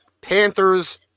Panthers